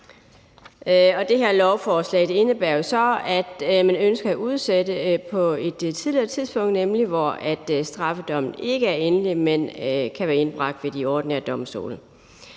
Det her lovforslag indebærer jo så, at man ønsker at udsætte folk på et tidligere tidspunkt, nemlig hvor straffedommen ikke er endelig, men kan være indbragt ved de ordinære domstole.